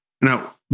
Now